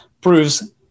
proves